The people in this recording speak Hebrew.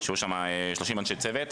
היו שם 30 אנשי צוות,